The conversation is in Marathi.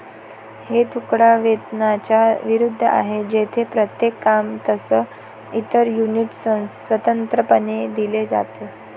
हे तुकडा वेतनाच्या विरुद्ध आहे, जेथे प्रत्येक काम, तास, इतर युनिट स्वतंत्रपणे दिले जाते